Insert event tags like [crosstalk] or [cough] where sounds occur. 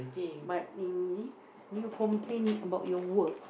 but [noise] you complain about your work